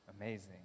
amazing